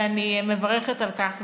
ואני מברכת על כך.